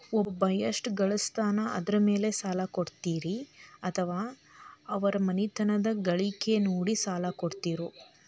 ಒಬ್ಬವ ಎಷ್ಟ ಗಳಿಸ್ತಾನ ಅದರ ಮೇಲೆ ಸಾಲ ಕೊಡ್ತೇರಿ ಅಥವಾ ಅವರ ಮನಿತನದ ಗಳಿಕಿ ನೋಡಿ ಸಾಲ ಕೊಡ್ತಿರೋ?